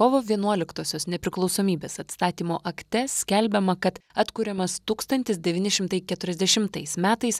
kovo vienuoliktosios nepriklausomybės atstatymo akte skelbiama kad atkūriamas tūkstantis devyni šimtai keturiasdešimtais metais